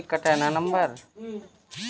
धान की खेती के लिए कौनसी मिट्टी अच्छी होती है?